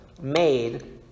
made